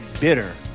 bitter